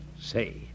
Say